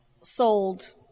sold